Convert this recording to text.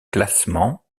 classement